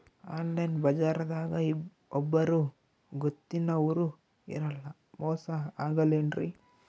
Online ಬಜಾರದಾಗ ಒಬ್ಬರೂ ಗೊತ್ತಿನವ್ರು ಇರಲ್ಲ, ಮೋಸ ಅಗಲ್ಲೆನ್ರಿ?